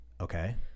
okay